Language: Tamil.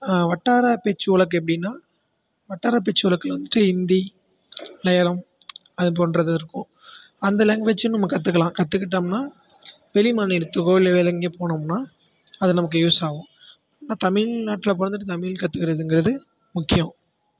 வட்டார பேச்சு வழக்கு எப்படீன்னா வட்டார பேச்சு வழக்கில் வந்துட்டு ஹிந்தி மலையாளம் அதுபோன்றது இருக்கும் அந்த லேங்குவேஜும் நம்ம கற்றுக்கலாம் கற்றுக்கிட்டோம்னா வெளி மாநிலத்துக்கோ வேறு எங்கேயோ போனோம்னால் அது நமக்கு யூஸ் ஆகும் ஆனால் தமிழ்நாட்டில் பிறந்துட்டு தமிழ் கத்துக்கறதுங்குறது முக்கியம்